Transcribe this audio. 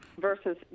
versus